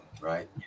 right